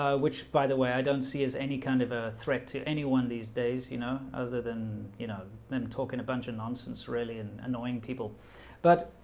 ah which by the way i don't see as any kind of a threat to anyone these days you know other than you know them talking a bunch of nonsense, really and annoying people but